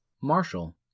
Marshall